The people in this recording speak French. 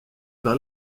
par